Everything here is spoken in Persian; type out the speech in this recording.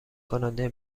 کننده